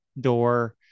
door